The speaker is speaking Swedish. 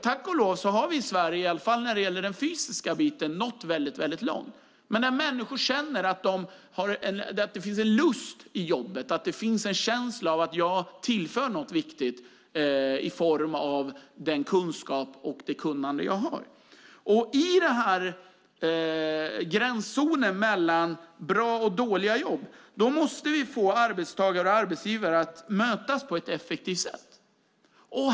Tack och lov har vi i Sverige, i alla fall när det gäller den fysiska biten, nått väldigt långt. Människor ska dock känna att det finns en lust i jobbet och en känsla av att de tillför något viktigt i form av den kunskap och det kunnande de har. I denna gränszon mellan bra och dåliga jobb måste vi få arbetstagare och arbetsgivare att mötas på ett effektivt sätt.